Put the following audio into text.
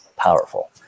Powerful